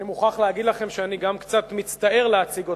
אני מוכרח להגיד לכם שאני גם קצת מצטער להציג אותה,